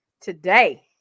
today